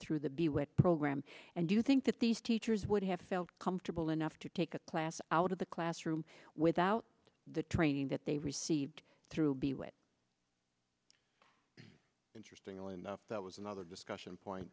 through the b would program and do you think that these teachers would have felt comfortable enough to take a class out of the classroom without the training that they received through be with interestingly enough that was another discussion point